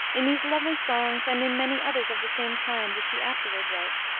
in these lovely songs and in many others of the same kind which he afterward wrote,